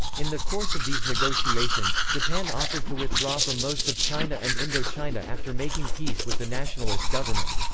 in the course of these negotiations, japan offered to withdraw from most of china and indochina after making peace with the nationalist government.